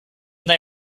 they